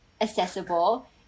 accessible